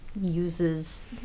uses